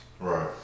Right